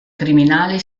criminali